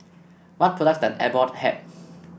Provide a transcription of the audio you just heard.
what products does Abbott have